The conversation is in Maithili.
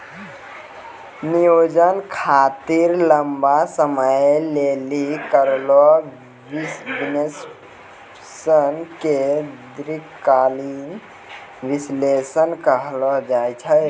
नियोजन खातिर लंबा समय लेली करलो विश्लेषण के दीर्घकालीन विष्लेषण कहलो जाय छै